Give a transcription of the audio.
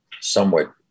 somewhat